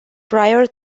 prior